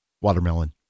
Watermelon